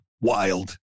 wild